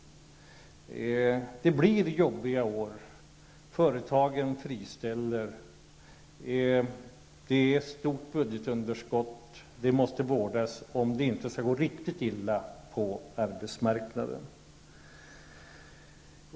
Det blir jobbiga år. Företagen friställer. Vi har ett stort budgetunderskott, som måste vårdas om det inte skall gå riktigt illa på arbetsmarknaden.